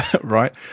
right